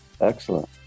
Excellent